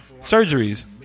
surgeries